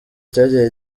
cyagiye